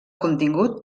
contingut